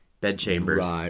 bedchambers